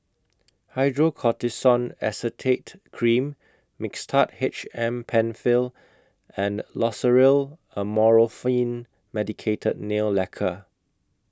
Hydrocortisone Acetate Cream Mixtard H M PenFill and Loceryl Amorolfine Medicated Nail Lacquer